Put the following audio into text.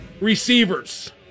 receivers